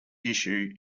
issue